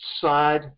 side